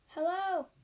Hello